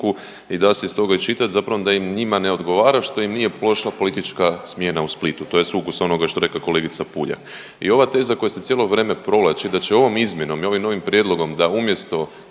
i da se iz toga iščitati zapravo da i njima ne odgovara što im nije prošla politička smjena u Splitu to je sukus onoga što je rekla kolegica Puljak. I ova teza koja se cijelo vrijeme provlači da će ovom izmjenom i ovim novim prijedlogom da umjesto